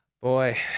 Boy